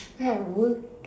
then I work